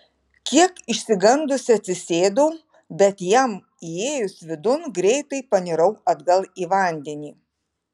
kiek išsigandusi atsisėdau bet jam įėjus vidun greitai panirau atgal į vandenį